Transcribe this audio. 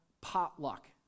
potluck